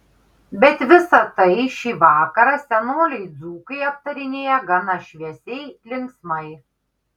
bet visa tai šį vakarą senoliai dzūkai aptarinėja gana šviesiai linksmai